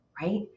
right